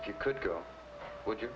if you could go would you